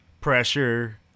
pressure